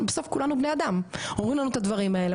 בסוף כולנו בני אדם אומרים לנו את הדברים האלה,